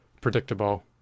predictable